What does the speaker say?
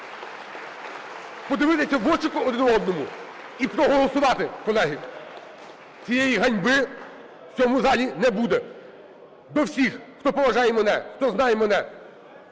Подивитися в очі один одному і проголосувати, колеги. Цієї ганьби в цьому залі не буде. До всіх, хто поважає мене, хто знає мене,